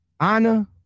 Anna